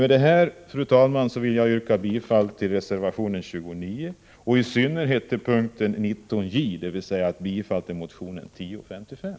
Med detta, fru talman, vill jag yrka bifall till reservationen 29 och i synnerhet till p. 19 j, dvs. bifall till motionen 1055.